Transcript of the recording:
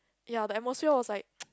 ya the atmosphere was like